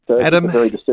Adam